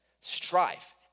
strife